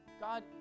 god